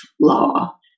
law